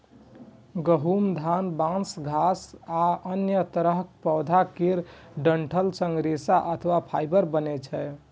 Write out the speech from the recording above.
गहूम, धान, बांस, घास आ अन्य तरहक पौधा केर डंठल सं रेशा अथवा फाइबर बनै छै